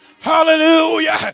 Hallelujah